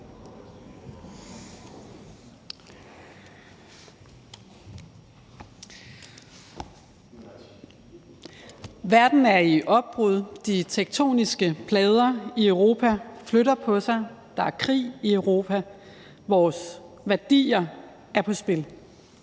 Verden er i opbrud. De tektoniske plader i Europa flytter på sig. Der er krig i Europa. Vores værdier er på spil.